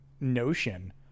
notion